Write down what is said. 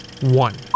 one